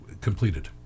completed